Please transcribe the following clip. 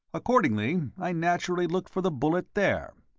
accordingly, i naturally looked for the bullet there.